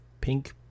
pink